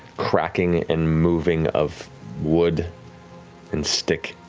cracking and moving of wood and stick,